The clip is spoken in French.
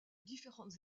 différentes